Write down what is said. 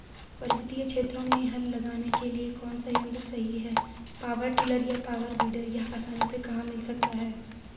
पर्वतीय क्षेत्रों में हल लगाने के लिए कौन सा यन्त्र सही है पावर टिलर या पावर वीडर यह आसानी से कहाँ मिल सकता है?